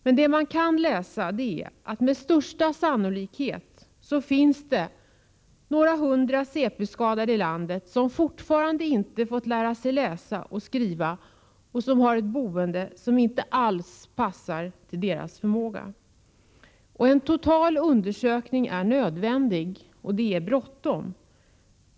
Det som man kan utläsa är att det med största sannolikhet fortfarande finns några hundra cp-skadade i landet som inte fått lära sig läsa och skriva och som bor på ett sätt som inte alls passar deras förmåga. En total undersökning är nödvändig — och det är bråttom.